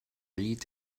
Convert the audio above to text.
lead